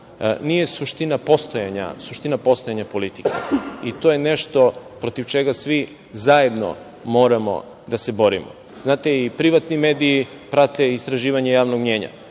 nije suština postojanja politike. To je nešto protiv čega svi zajedno moramo da se borimo. Znate, i privatni mediji prate istraživanje javnog mnjenja.